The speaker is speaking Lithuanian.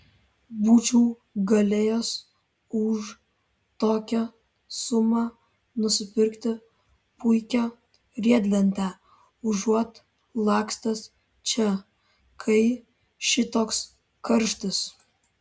būčiau galėjęs už tokią sumą nusipirkti puikią riedlentę užuot lakstęs čia kai šitoks karštis